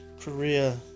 Korea